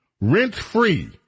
rent-free